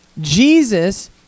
Jesus